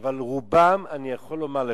אבל רובם, אני יכול לומר לך,